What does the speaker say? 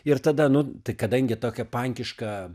ir tada nu tai kadangi tokia pankiška